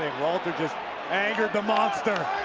walter just angered the monster.